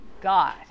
god